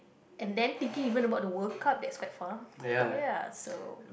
and then thinking even about the World Cup that's quite far ya so